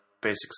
basics